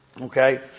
okay